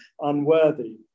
unworthy